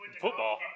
football